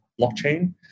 blockchain